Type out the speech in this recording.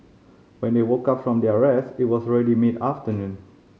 when they woke up from their rest it was already mid afternoon